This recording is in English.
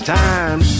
time